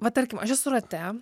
va tarkim aš esu rate